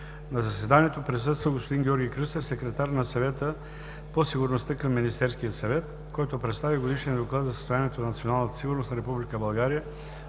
На заседанието присъства господин Георги Кръстев – секретар на Съвета по сигурността към Министерския съвет, който представи Годишния доклад за състоянието на националната